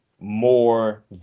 more